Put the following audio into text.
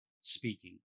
speaking